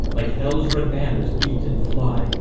like hell's red banners beat and fly,